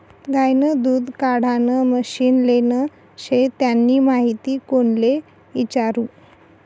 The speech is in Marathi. गायनं दूध काढानं मशीन लेनं शे त्यानी माहिती कोणले इचारु?